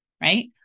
right